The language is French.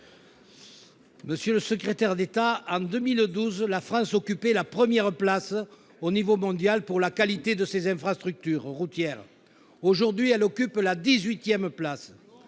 Monsieur le secrétaire d'État, en 2012, la France occupait la première place au niveau mondial pour la qualité de ses infrastructures routières ; aujourd'hui elle occupe la dix-huitième place